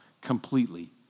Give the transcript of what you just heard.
completely